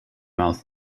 mouth